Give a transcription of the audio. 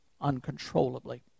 uncontrollably